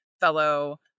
fellow